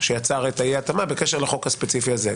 שיצר את אי ההתאמה בקשר לחוק הספציפי הזה,